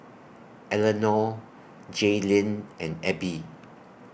Elenor Jaylynn and Abie